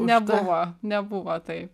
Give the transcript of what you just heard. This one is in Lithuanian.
nebuvo nebuvo taip